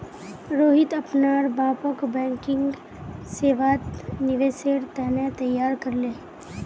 रोहित अपनार बापक बैंकिंग सेवात निवेशेर त न तैयार कर ले